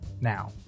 now